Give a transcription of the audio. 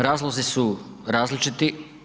Razlozi su različiti.